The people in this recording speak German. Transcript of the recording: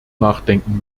nachdenken